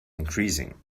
increasing